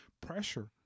pressure